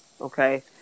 Okay